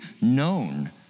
known